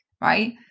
right